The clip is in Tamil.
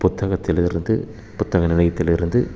புத்தகத்தில் இருந்து புத்தக நிலையத்திலிருந்து